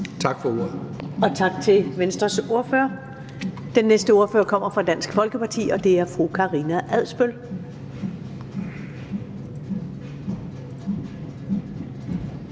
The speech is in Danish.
(Karen Ellemann): Tak til Venstres ordfører. Den næste ordfører kommer fra Dansk Folkeparti, og det er fru Karina Adsbøl.